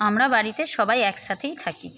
আমরা বাড়িতে সবাই একসাথেই থাকি